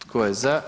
Tko je za?